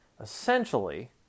essentially